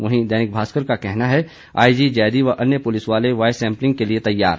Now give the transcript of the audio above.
वहीं दैनिक भास्कर का कहना है आईजी जैदी व अन्य पुलिस वाले वॉयस सैंपलिंग के लिए तैयार